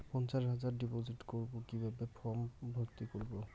পঞ্চাশ হাজার ডিপোজিট করবো কিভাবে ফর্ম ভর্তি করবো?